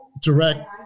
direct